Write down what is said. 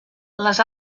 les